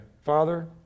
Father